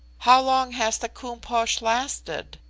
how long has the koom-posh lasted?